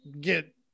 get